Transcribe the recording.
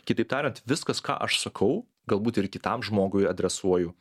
kitaip tariant viskas ką aš sakau galbūt ir kitam žmogui adresuoju